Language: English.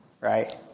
right